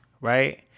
right